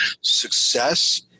success